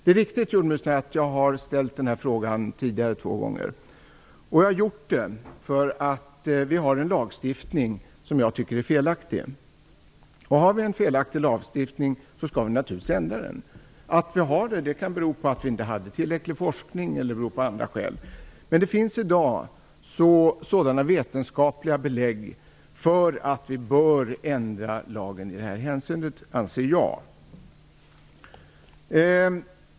Det är riktigt att jag har ställt den här frågan tidigare två gånger. Det har jag gjort därför att vi har en lagstiftning som jag anser vara felaktig. Har vi en felaktig lagstiftning, skall vi naturligtvis ändra den. Att vi har en sådan lagstiftning kan bero på att det inte fanns tillräckligt med forskning eller på andra skäl. Men i dag finns det vetenskapliga belägg för att vi bör ändra lagen i det här hänseendet, anser jag.